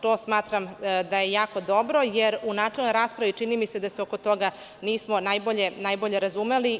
To smatram da je jako dobro jel u načelnoj raspravi, čini mi se, da se oko toga nismo najbolje razumeli.